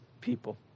people